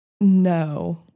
No